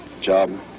job